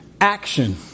action